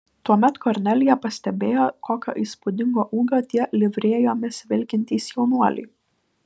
tuomet kornelija pastebėjo kokio įspūdingo ūgio tie livrėjomis vilkintys jaunuoliai